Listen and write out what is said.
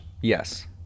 Yes